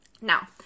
Now